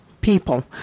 people